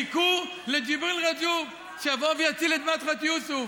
חיכו לג'יבריל רג'וב, שיבוא ויציל את מדחת יוסף.